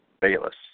Bayless